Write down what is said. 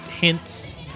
hints